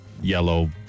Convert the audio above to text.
yellow